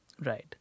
Right